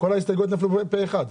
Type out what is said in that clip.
כל ההסתייגויות נפלו באמת פה אחד.